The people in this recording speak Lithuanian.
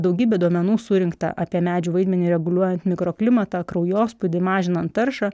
daugybė duomenų surinkta apie medžių vaidmenį reguliuojant mikroklimatą kraujospūdį mažinant taršą